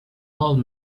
old